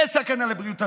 זה סכנה לבריאות הציבור.